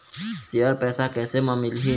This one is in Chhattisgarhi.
शेयर पैसा कैसे म मिलही?